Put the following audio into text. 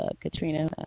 Katrina